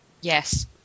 Yes